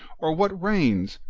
or, what rains,